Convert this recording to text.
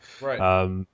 Right